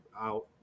out